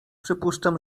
przypuszczam